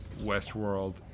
Westworld